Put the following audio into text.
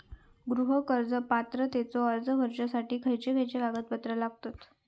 गृह कर्ज पात्रतेचो अर्ज भरुच्यासाठी खयचे खयचे कागदपत्र लागतत?